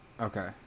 Okay